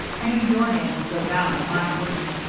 i knew your name would go down and mine wouldn't.